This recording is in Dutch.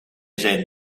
zijn